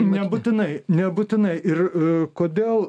nebūtinai nebūtinai ir kodėl